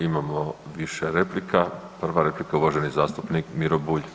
Imamo više replika, prva replika uvaženi zastupnik Miro Bulj.